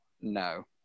no